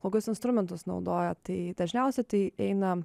kokius instrumentus naudoja tai dažniausia tai eina